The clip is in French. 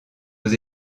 aux